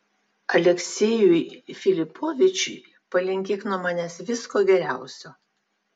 aleksejui filipovičiui palinkėk nuo manęs visko geriausio